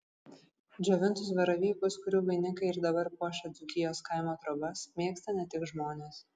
džiovintus baravykus kurių vainikai ir dabar puošia dzūkijos kaimo trobas mėgsta ne tik žmonės